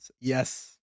yes